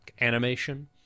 animation